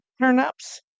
turnips